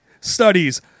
studies